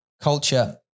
culture